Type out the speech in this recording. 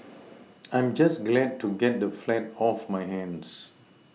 I'm just glad to get the flat off my hands